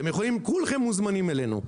כולכם מוזמנים אלינו.